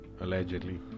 Allegedly